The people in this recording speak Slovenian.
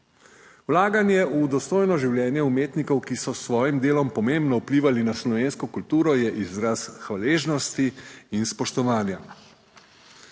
Vlaganje v dostojno življenje umetnikov, ki so s svojim delom pomembno vplivali na slovensko kulturo je izraz hvaležnosti in spoštovanja.